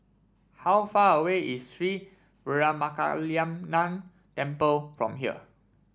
how far away is Sri Veeramakaliamman Temple from here